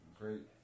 great